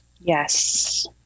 yes